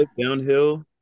downhill